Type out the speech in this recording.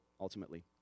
ultimately